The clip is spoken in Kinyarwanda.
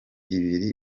ibiri